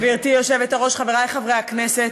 גברתי היושבת-ראש, חברי חברי הכנסת,